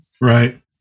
Right